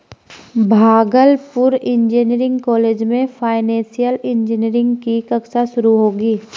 Bhagalpur engineering college में financial engineering की कक्षा शुरू होगी